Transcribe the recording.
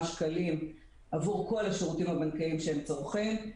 שקלים עבור כל השירותים הבנקאיים שהם צורכים,